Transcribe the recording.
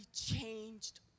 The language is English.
changed